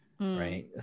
Right